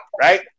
right